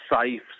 safe